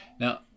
Now